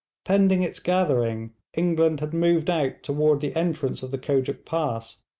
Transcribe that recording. pending its gathering england had moved out toward the entrance of the kojuk pass,